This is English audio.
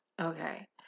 okay